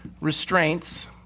restraints